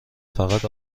فقط